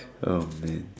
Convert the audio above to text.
oh man